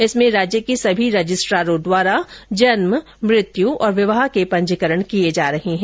इसमें राज्य के सभी रजिस्ट्रारों द्वारा जन्म मृत्यु और विवाह के पंजीकरण किये जा रहे हैं